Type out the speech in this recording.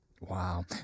Wow